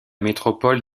métropole